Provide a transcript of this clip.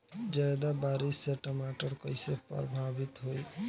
ज्यादा बारिस से टमाटर कइसे प्रभावित होयी?